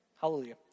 Hallelujah